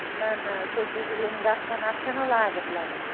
نہَ نہَ سُہ چھُ ظُلُم گژھان اَتھ چھَنا لاگَتھ لَگان